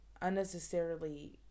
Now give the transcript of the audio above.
unnecessarily